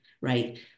right